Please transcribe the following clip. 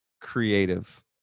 creative